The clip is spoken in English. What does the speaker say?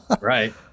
Right